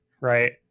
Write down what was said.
Right